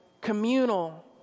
communal